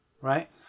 right